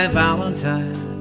valentine